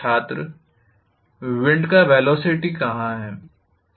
छात्र विंड का वेलोसिटी कहाँ है